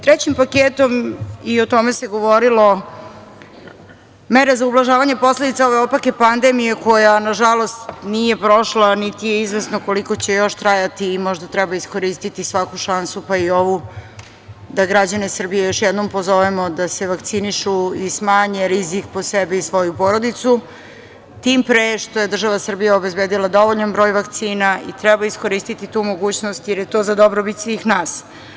Trećim paketom, i o tome se govorilo, mere za ublažavanje posledica ove opake pandemije koja, nažalost, nije prošla, niti je izvesno koliko će još trajati i možda treba iskoristiti svaku šansu, pa i ovu, da građane Srbije još jednom pozovemo da se vakcinišu i smanje rizik po sebe i svoju porodicu, tim pre što je država Srbija obezbedila dovoljan broj vakcina i treba iskoristiti tu mogućnost, jer je to za dobrobit svih nas.